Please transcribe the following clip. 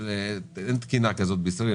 כי אין תקינה שכזו בישראל.